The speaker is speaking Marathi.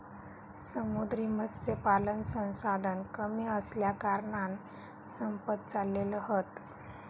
समुद्री मत्स्यपालन संसाधन कमी असल्याकारणान संपत चालले हत